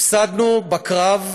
הפסדנו בקרב,